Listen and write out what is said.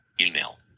email